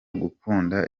gukunda